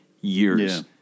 years